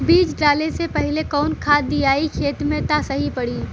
बीज डाले से पहिले कवन खाद्य दियायी खेत में त सही पड़ी?